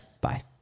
bye